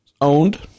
Owned